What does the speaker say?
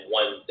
one